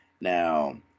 Now